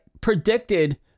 predicted